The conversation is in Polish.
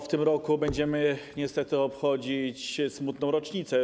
W tym roku będziemy niestety obchodzić smutną rocznicę.